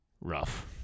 rough